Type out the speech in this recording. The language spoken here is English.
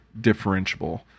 differentiable